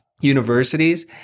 universities